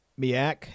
Miak